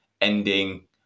ending